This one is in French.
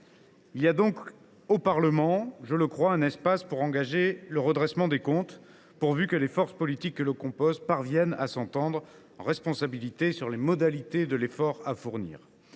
Il y a donc au Parlement, je le crois, un espace pour engager le redressement des comptes publics, pourvu que les forces politiques qui le composent parviennent à s’entendre, en responsabilité, sur les modalités de l’effort à fournir.